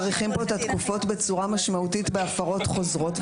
מאריכים פה את התקופות בצורה משמעותית בהפרות חוזרות.